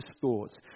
thoughts